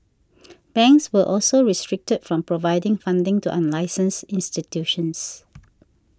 banks were also restricted from providing funding to unlicensed institutions